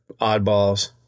oddballs